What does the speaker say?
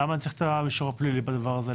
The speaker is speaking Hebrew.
למה צריך את הרישום הפלילי בדבר הזה?